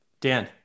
Dan